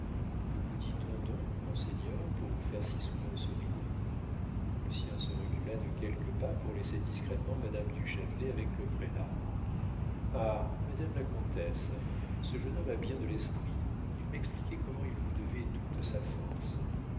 que vous dit-on donc monseigneur pour vous faire si souvent sourire lucien se recula de quelques pas pour laisser discrètement madame de châtelet avec le prélat ah madame la comtesse ce jeune homme a bien de l'esprit il m'expliquait comment il vous devait toute sa force